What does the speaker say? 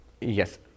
yes